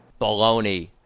Baloney